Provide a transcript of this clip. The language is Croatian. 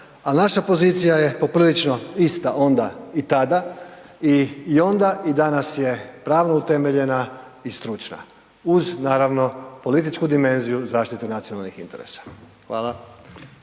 a naša pozicija je poprilično ista onda i tada i onda i danas je pravno utemeljena i stručna uz naravno političku dimenziju zaštite nacionalnih interesa. Hvala.